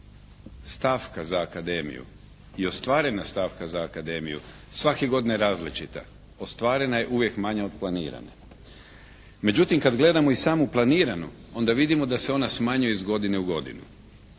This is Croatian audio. stavka za akademiju i ostvarena stavka za akademiju svake godine različita, ostvarena je uvijek manja od planirane. Međutim, kad gledamo i samu planiranu onda vidimo da se ona smanjuje iz godine u godinu.